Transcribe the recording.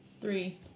Three